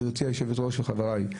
גבירתי היושבת-ראש וחבריי,